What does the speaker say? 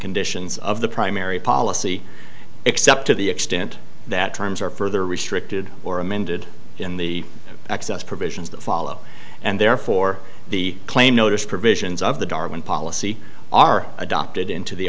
conditions of the primary policy except to the extent that terms are further restricted or amended in the access provisions that follow and therefore the claim notice provisions of the darwin policy are adopted into the